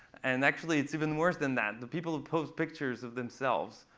and actually it's even worse than that. the people who post pictures of themselves,